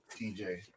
TJ